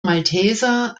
malteser